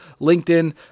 LinkedIn